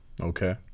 Okay